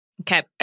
Okay